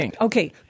Okay